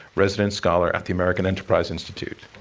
resident scholar at the american enterprise institute.